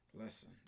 Listen